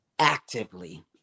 Actively